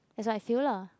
that's what I feel lah